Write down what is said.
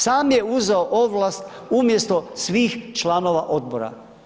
Sam je uzeo ovlast umjesto svih članova odbora.